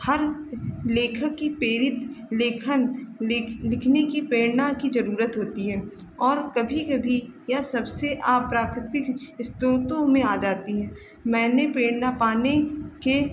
हर लेखक की प्रेरित लेखन लेख लिखने की प्रेरणा की ज़रूरत होती है और कभी कभी यह सबसे अप्राकृतिक स्रोतों में आ जाती है मैंने प्रेरणा पाने के